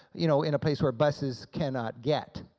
you know, in a place where buses cannot get.